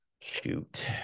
shoot